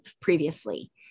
previously